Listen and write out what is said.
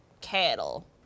cattle